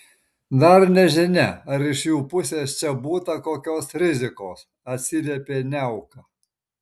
dar nežinia ar iš jų pusės čia būta kokios rizikos atsiliepė niauka